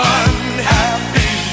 unhappy